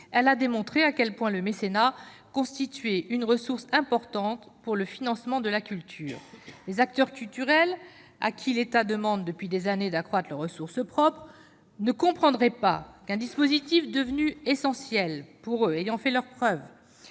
elle a démontré à quel point le mécénat constituait une ressource importante pour le financement de la culture. Les acteurs culturels, à qui l'État demande depuis des années d'accroître leurs ressources propres, ne comprendraient pas qu'un dispositif devenu essentiel pour eux et ayant fait ses preuves